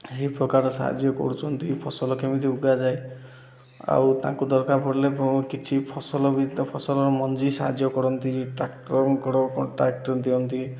ଏହି ପ୍ରକାର ସାହାଯ୍ୟ କରୁଛନ୍ତି ଫସଲ କେମିତି ଉଗାଯାଏ ଆଉ ତାଙ୍କୁ ଦରକାର ପଡ଼ିଲେ କିଛି ଫସଲ ବି ଫସଲର ମଞ୍ଜି ସାହାଯ୍ୟ କରନ୍ତି ଟ୍ରାକ୍ଟରର ଟ୍ରାକ୍ଟର ଦିଅନ୍ତି